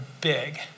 big